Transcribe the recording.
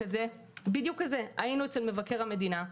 בדיוק כזה: היינו אצל מבקר המדינה,